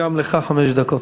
גם לך חמש דקות,